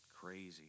Crazy